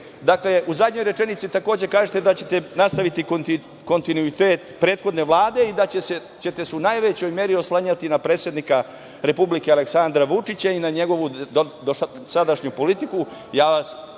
nema. Dakle, u zadnjoj rečenici takođe kažete da ćete nastaviti kontinuitet prethodne Vlade i da ćete se u najvećoj meri oslanjati na predsednika Republike Aleksandra Vučića i na njegovu dosadašnju politiku.